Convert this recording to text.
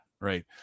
right